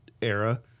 era